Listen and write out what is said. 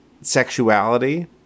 sexuality